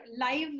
live